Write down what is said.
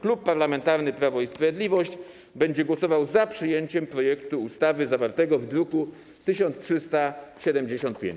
Klub Parlamentarny Prawo i Sprawiedliwość będzie głosował za przyjęciem projektu ustawy zawartego w druku nr 1375.